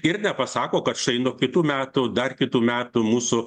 ir nepasako kad štai nuo kitų metų dar kitų metų mūsų